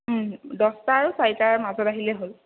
ওম দহটা আৰু চাৰিটাৰ মাজত আহিলেই হ'ল